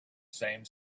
same